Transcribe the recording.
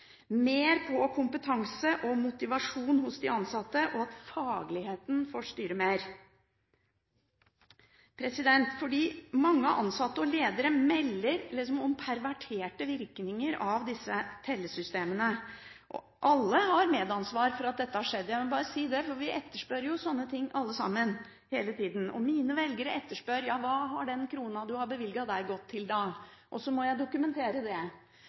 mer på faglighet, på kompetanse og motivasjon hos de ansatte, og hvis fagligheten får styre mer. Mange ansatte og ledere melder om perverterte virkninger av disse tellesystemene, og alle har medansvar for at dette har skjedd – jeg må bare si det – for vi etterspør jo sånne ting, alle sammen, hele tida. Mine velgere etterspør: Ja, hva har den krona du har bevilget der, gått til da? og så må jeg dokumentere det